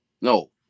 No